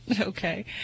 Okay